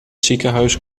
ziekenhuis